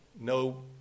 no